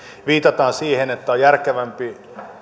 viitataan siihen että on järkevämpää